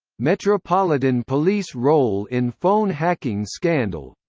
metropolitan police role in phone hacking scandal